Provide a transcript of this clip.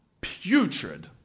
putrid